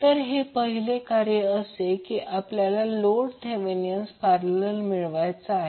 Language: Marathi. तर पहिले कार्य असे की आपल्याला लोडचा थेवेनिन पॅरालल मिळवायचा आहे